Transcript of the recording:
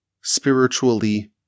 spiritually